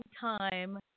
time